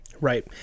Right